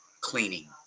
cleaning